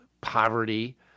poverty